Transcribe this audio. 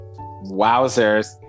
Wowzers